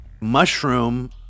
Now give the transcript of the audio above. mushroom